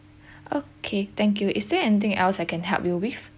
okay thank you is there anything else I can help you with